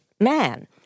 man